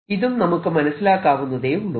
ഇതും നമുക്ക് മനസ്സിലാക്കാവുന്നതേയുള്ളൂ